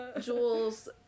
Jules